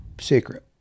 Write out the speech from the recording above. secret